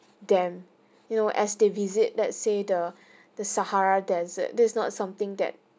them you know as they visit let's say the the sahara desert this is not something that